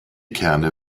kerne